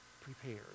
prepared